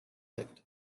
lived